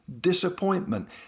disappointment